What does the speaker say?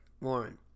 Warren